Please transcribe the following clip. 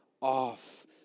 off